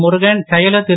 முருகன் செயலர் திரு